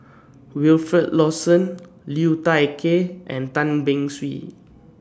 Wilfed Lawson Liu Thai Ker and Tan Beng Swee